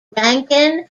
rankin